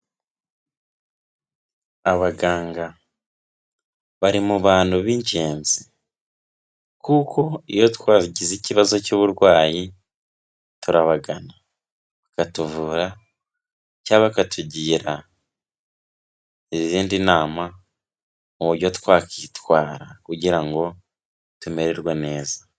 Abaganga bari mu bantu b'ingenzi. Kuko iyo twagize ikibazo cy'uburwayi, turabagana. Bakatuvura cya bakatugira izindi nama, mu buryo twakitwara kugira ngo, tumererwe neza.